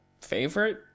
Favorite